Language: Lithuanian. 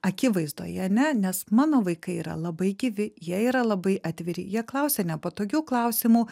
akivaizdoje ane nes mano vaikai yra labai gyvi jie yra labai atviri jie klausia nepatogių klausimų